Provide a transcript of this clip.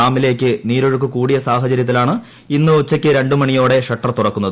ഡാമിലേക്ക് നീരൊഴുക്ക് കൂടിയ സാഹചര്യത്തിലാണ് ഇന്ന് ഉച്ചയ്ക്ക് രണ്ട് മണിയോടെ ഷട്ടർ തുറക്കുന്നത്